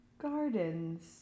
gardens